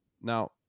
Now